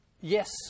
Yes